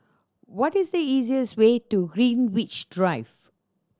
what is the easiest way to Greenwich Drive